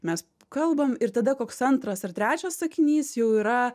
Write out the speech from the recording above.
mes kalbam ir tada koks antras ar trečias sakinys jau yra